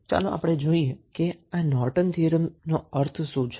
તો ચાલો આપણે જોઈએ કે આ નોર્ટન થીયરમનો અર્થ શું છે